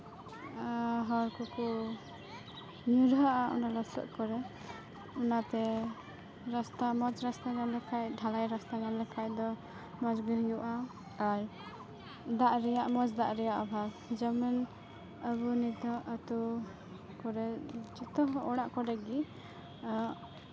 ᱟᱨ ᱦᱚᱲ ᱠᱚᱠᱚ ᱧᱩᱨᱦᱟᱹᱜᱼᱟ ᱚᱱᱟ ᱞᱚᱥᱚᱫ ᱠᱚᱨᱮ ᱚᱱᱟᱛᱮ ᱨᱟᱥᱛᱟ ᱢᱚᱡᱽ ᱨᱟᱥᱛᱟ ᱧᱮᱞ ᱞᱮᱠᱷᱟᱱ ᱰᱷᱟᱞᱟᱭ ᱨᱟᱥᱛᱟ ᱧᱟᱢ ᱞᱮᱠᱷᱟᱱ ᱫᱚ ᱢᱚᱡᱽ ᱜᱮ ᱦᱩᱭᱩᱜᱼᱟ ᱟᱨ ᱫᱟᱜ ᱨᱮᱭᱟᱜ ᱢᱚᱡᱽ ᱫᱟᱜ ᱨᱮᱭᱟᱜ ᱚᱵᱷᱟᱵ ᱡᱮᱢᱚᱱ ᱟᱵᱚ ᱱᱤᱛᱚᱜ ᱟᱹᱛᱩ ᱠᱚᱨᱮ ᱡᱚᱛᱚ ᱚᱲᱟᱜ ᱠᱚᱨᱮ ᱜᱮ